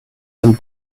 some